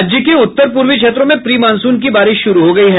राज्य के उत्तर पूर्वी क्षेत्रों में प्री मॉनसून की बारिश शुरू हो गयी है